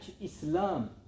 Islam